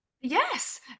Yes